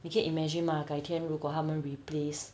你可以 imagine mah 改天如果他们 replace